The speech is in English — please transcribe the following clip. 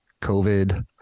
COVID